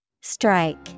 Strike